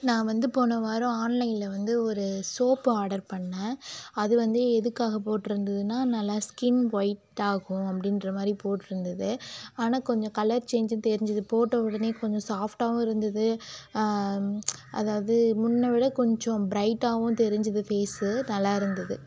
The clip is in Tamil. நான் வந்து போன வாரம் ஆன்லைனில் வந்து ஒரு சோப்பு ஆடர் பண்ணிணேன் அது வந்து எதுக்காக போட்டிருந்துதுனா நல்ல ஸ்கின் ஒயிட்டாகும் அப்படின்ற மாதிரி போட்டிருந்துது ஆனால் கொஞ்சம் கலர் சேஞ்சிங் தெரிஞ்சுது போட்ட உடனே கொஞ்சம் சாஃப்டாகவும் இருந்தது அதாவது முன்பை விட கொஞ்சம் ப்ரைட்டாகவும் தெரிஞ்சசுது ஃபேசு நல்லா இருந்தது